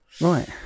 Right